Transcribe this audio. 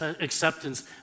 acceptance